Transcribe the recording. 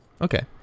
Okay